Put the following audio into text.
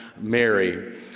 Mary